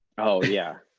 oh, yeah.